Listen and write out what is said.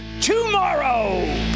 tomorrow